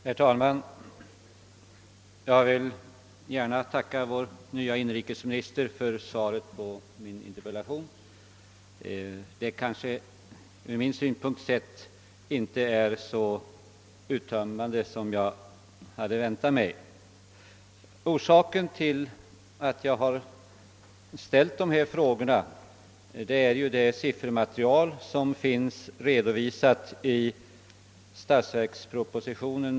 Herr talman! Jag vill gärna tacka vår nye inrikesminister för svaret på min interpellation. Tyvärr är det inte så uttömmande som jag hade väntat mig. Mina frågor har framställts med anledning av det siffermaterial som finns redovisat i bilaga 13 till statsverkspropositionen.